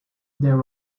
there